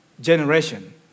generation